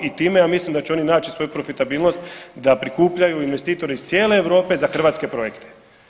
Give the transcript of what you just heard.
I time ja mislim da će oni nać i svoju profitabilnost da prikupljaju investitori iz cijele Europe za hrvatske projekte.